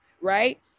right